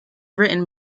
written